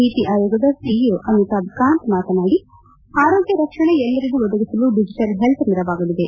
ನೀತಿ ಅಯೋಗದ ಸಿಇಒ ಅಮಿತಾಬ್ ಕಾಂತ್ ಮಾತನಾಡಿ ಆರೋಗ್ಯ ರಕ್ಷಣೆ ಎಲ್ಲರಿಗೂ ಒದಗಿಸಲು ಡಿಜಿಟಲ್ ಹೆಲ್ತ್ ನೆರವಾಗಲಿದೆ